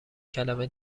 کلمه